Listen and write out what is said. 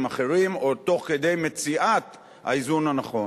אחרים או תוך כדי מציאת האיזון הנכון.